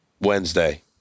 Wednesday